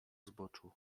zboczu